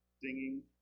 Singing